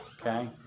Okay